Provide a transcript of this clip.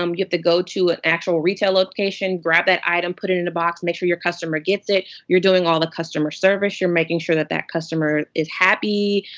um you have to go to an actual retail location, grab that item, put it in a box, make sure your customer gets it. you're doing all the customer service. you're making sure that that customer is happy,